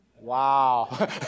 Wow